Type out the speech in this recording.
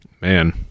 Man